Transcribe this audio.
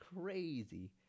crazy